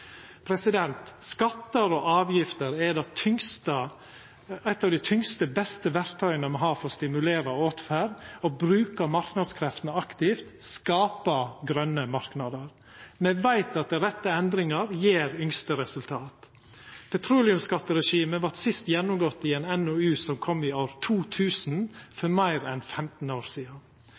Skattar og avgifter er eit av dei tyngste og beste verktøya me har for å stimulera åtferd, og å bruka marknadskreftene aktivt skaper grøne marknader. Me veit at rette endringar gjev ynskte resultat. Petroleumsskatteregimet vart sist gjennomgått i ein NOU som kom i år 2000, for meir enn 15 år sidan.